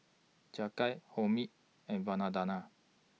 Jagat Homi and